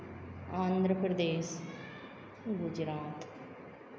Andhra Pradesh Gujarat